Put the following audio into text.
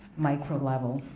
micro level.